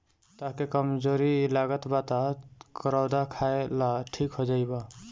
तहके कमज़ोरी लागत बा तअ करौदा खाइ लअ ठीक हो जइब